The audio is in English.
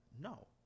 No